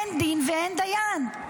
אין דין ואין דיין.